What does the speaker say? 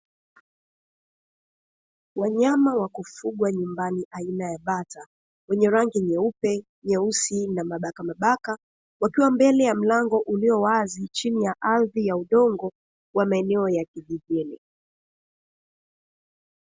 Wanyama wa kufugwa nyumbani ana ya bata wenye rangi nyeupe, nyeusi na mabaka mabaka, wakiwa mbele ya mlango ulio wazi chini ya ardhi ya udongo wa maeneo ya kijijini.